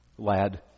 lad